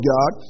God